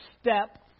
step